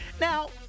Now